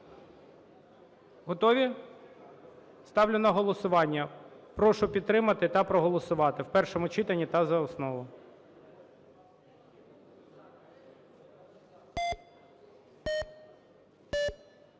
Готові? Ставлю на голосування. Прошу підтримати та проголосувати в першому читанні та за основу.